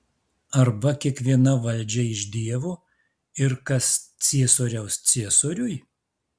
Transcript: arba kiekviena valdžia iš dievo ir kas ciesoriaus ciesoriui